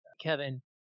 Kevin